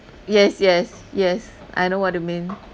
yes yes yes I know what you mean